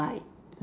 like